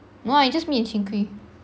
no lah it's just me and cheng kwee